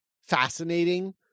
fascinating